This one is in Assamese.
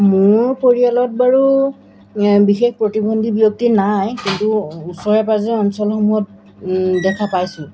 মোৰ পৰিয়ালত বাৰু বিশেষ প্ৰতিবন্ধী ব্যক্তি নাই কিন্তু ওচৰে পাঁজৰে অঞ্চলসমূহত দেখা পাইছোঁ